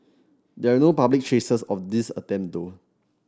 there are no public traces of these attempt though